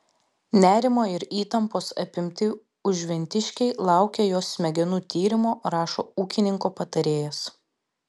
nerimo ir įtampos apimti užventiškiai laukia jos smegenų tyrimo rašo ūkininko patarėjas